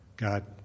God